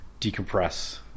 decompress